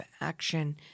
Action